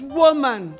woman